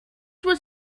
was